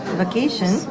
vacation